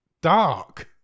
dark